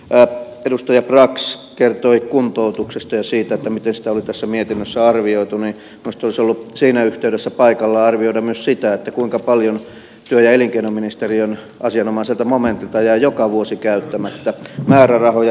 kun edustaja brax kertoi kuntoutuksesta ja siitä miten sitä oli tässä mietinnössä arvioitu niin minusta olisi ollut siinä yhteydessä paikallaan arvioida myös sitä kuinka paljon työ ja elinkeinoministeriön asianomaiselta momentilta jää joka vuosi käyttämättä määrärahoja